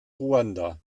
ruanda